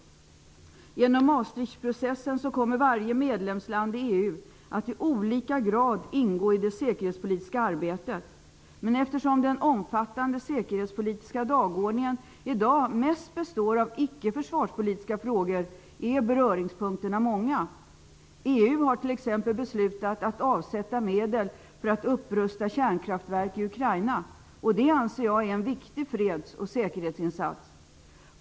Genom Maastrichtprocessen kommer varje medlemsland i EU att i olika grad ingå i det säkerhetspolitiska arbetet. Men eftersom den omfattande säkerhetspolitiska dagordningen i dag mest består av icke-försvarspolitiska frågor är beröringspunkterna många. EU har exempelvis beslutat att avsätta medel för att upprusta kärnkraftverk i Ukraina. Det anser jag är en viktig freds och säkerhetsinsats.